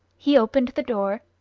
he opened the door,